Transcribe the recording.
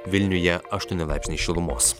vilniuje aštuoni laipsniai šilumos